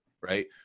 Right